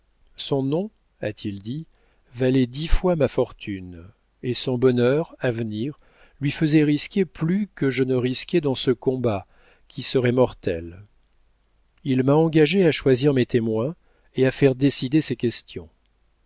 son nom a-t-il dit valait dix fois ma fortune et son bonheur à venir lui faisait risquer plus que je ne risquais dans ce combat qui serait mortel il m'a engagé à choisir mes témoins et à faire décider ces questions